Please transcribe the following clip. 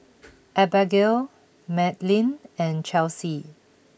Abagail Madlyn and Chelsey